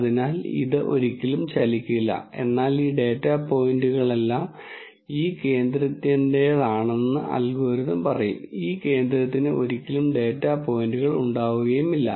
അതിനാൽ ഇത് ഒരിക്കലും ചലിക്കില്ല എന്നാൽ ഈ ഡാറ്റാ പോയിന്റുകളെല്ലാം ഈ കേന്ദ്രത്തിന്റേതാണെന്ന് അൽഗോരിതം പറയും ഈ കേന്ദ്രത്തിന് ഒരിക്കലും ഡാറ്റ പോയിന്റുകൾ ഉണ്ടാകില്ല